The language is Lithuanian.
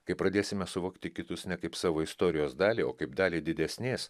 kai pradėsime suvokti kitus ne kaip savo istorijos dalį o kaip dalį didesnės